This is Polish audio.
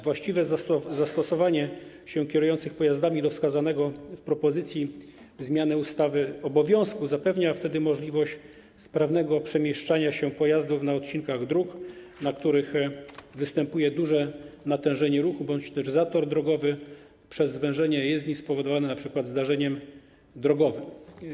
Właściwe zastosowanie się kierujących pojazdami do obowiązku wskazanego w propozycji zmiany ustawy zapewnia wtedy możliwość sprawnego przemieszczania się pojazdów na odcinkach dróg, na których występuje duże natężenie ruchu bądź też zator drogowy przez zwężenie jezdni spowodowane np. zdarzeniem drogowym.